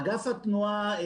אגף התנועה,